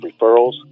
referrals